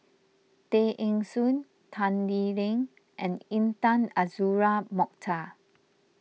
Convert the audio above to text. Tay Eng Soon Tan Lee Leng and Intan Azura Mokhtar